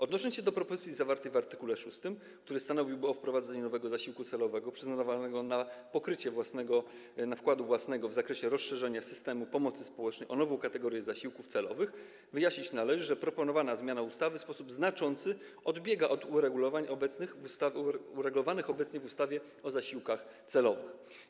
Odnosząc się do propozycji zawartych w art. 6, który stanowiłby o wprowadzeniu nowego zasiłku celowego przyznawanego na pokrycie wkładu własnego w zakresie rozszerzenia systemu pomocy społecznej o nową kategorię zasiłków celowych, wyjaśnić należy, że proponowana zmiana ustawy w sposób znaczący odbiega od uregulowań obecnych w ustawie o zasiłkach celowych.